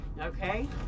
Okay